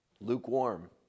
lukewarm